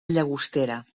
llagostera